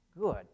good